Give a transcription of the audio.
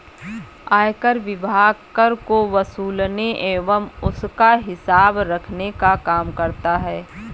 आयकर विभाग कर को वसूलने एवं उसका हिसाब रखने का काम करता है